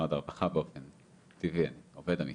משרד הרווחה, עובד המשרד.